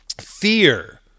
fear